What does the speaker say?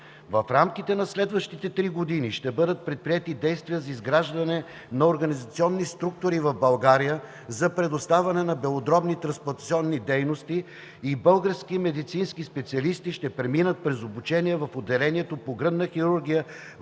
В рамките на следващите три години ще бъдат предприети действия за изграждане на организационни структури в България за предоставяне на белодробни трансплантационни дейности и български медицински специалисти ще преминат през обучение в Отделението по гръдна хирургия във